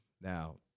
Now